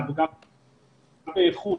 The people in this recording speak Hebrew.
וגם באיכות,